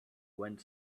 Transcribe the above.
went